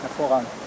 Hervorragend